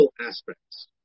aspects